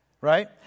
right